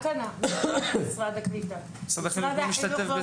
רק משרד הקליטה, משרד החינוך לא משתתף.